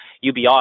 UBI